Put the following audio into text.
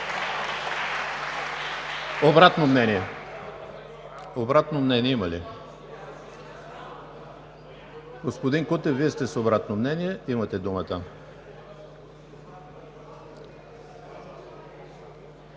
ЕМИЛ ХРИСТОВ: Обратно мнение има ли? Господин Кутев, Вие сте с обратно мнение, имате думата.